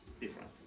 different